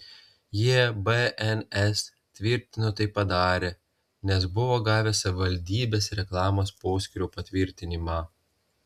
jie bns tvirtino tai padarę nes buvo gavę savivaldybės reklamos poskyrio patvirtinimą